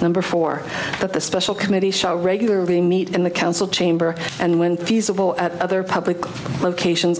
number four that the special committee show regularly meet in the council chamber and when feasible at other public location